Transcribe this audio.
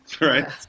right